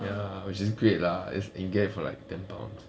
ya which is great lah is and you get it for like ten pounds